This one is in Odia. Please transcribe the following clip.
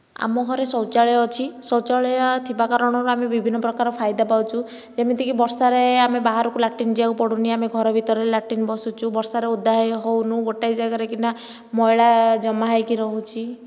ଆମ ଘରେ ଶୌଚାଳୟ ଅଛି ଶୌଚାଳୟ ଥିବା କାରଣରୁ ଆମେ ବିଭିନ୍ନ ପ୍ରକାର ଫାଇଦା ପାଉଛୁ ଯେମିତିକି ବର୍ଷାରେ ଆମେ ବାହାରକୁ ଲାଟ୍ରିନ୍ ଯିବାକୁ ପଡ଼ୁନି ଆମେ ଘରେ ଭିତରେ ଲାଟ୍ରିନ୍ ବସୁଛୁ ବର୍ଷାରେ ଓଦା ହେଉନୁ ଗୋଟିଏ ଜାଗାରେ ମଇଳା ଜମା ହୋଇକି ରହୁଛି